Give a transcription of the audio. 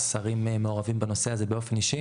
השרים מעורבים בנושא הזה באופן אישי.